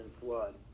flood